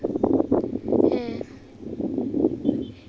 ᱦᱮᱸ